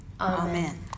Amen